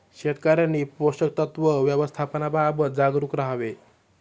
शेतकऱ्यांनी पोषक तत्व व्यवस्थापनाबाबत जागरूक राहावे